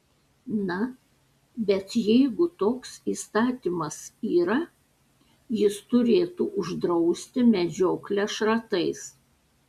na bet jeigu toks įstatymas yra jis turėtų uždrausti medžioklę šratais